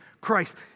Christ